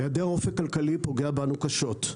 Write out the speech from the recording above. היעדר אופק כלכלי פוגע בנו קשות.